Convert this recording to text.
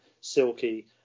silky